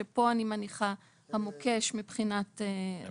שפה אני מניחה המוקש מבחינת ---.